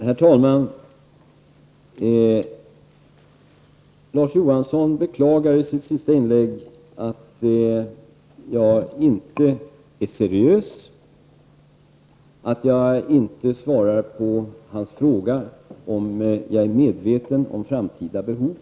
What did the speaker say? Herr talman! Larz Johansson beklagade i sitt sista inlägg att jag inte är seriös, att jag inte svarar på hans fråga om jag är medveten om framtida behov.